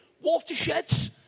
Watersheds